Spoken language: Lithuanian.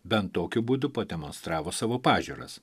bent tokiu būdu pademonstravo savo pažiūras